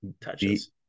touches